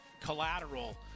collateral –